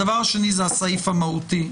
הדבר השני הוא הסעיף המהותי.